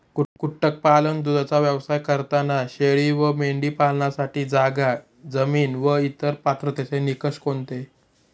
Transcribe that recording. कुक्कुटपालन, दूधाचा व्यवसाय करताना शेळी व मेंढी पालनासाठी जागा, जमीन व इतर पात्रतेचे निकष कोणते?